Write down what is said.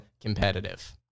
competitive